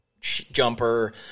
jumper